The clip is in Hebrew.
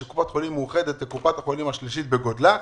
שקופת חולים מאוחדת היא קופת החולים השלישית בגודלה,